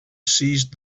seized